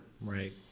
Right